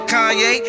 Kanye